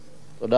תודה רבה.